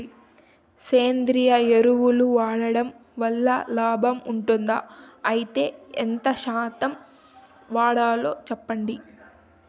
సేంద్రియ ఎరువులు వాడడం వల్ల లాభం ఉంటుందా? అయితే ఎంత శాతం వాడాలో చెప్పండి?